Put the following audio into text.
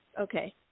Okay